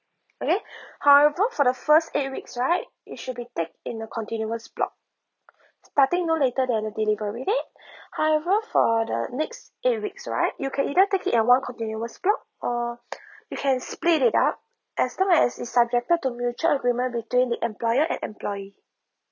okay however for the first eight weeks right it should be take in a continuous block starting no later than the delivery date however for the next eight weeks right you can either take it a one continuous block or you can split it up as long as it's subjected to mutual agreement between the employer and employee